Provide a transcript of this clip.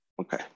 Okay